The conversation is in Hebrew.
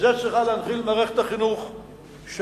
את זה צריכה להנחיל מערכת החינוך שלנו.